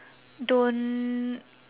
don't